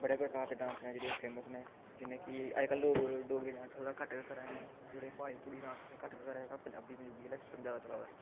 बड़े प्रकार दे डांस न जेह्ड़े फेमस न जिन्ना कि अजकल्ल लोग डोगरी डांस थोह्ड़ा घट्ट गै करा दे न जेह्ड़े प्हाड़ी प्हूड़ी डांस घट्ट गै करा दे न अजकल्ल पंजाबी पंजूबी आह्ला सिस्टम जैदा चला दा ऐ